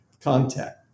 contact